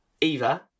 Eva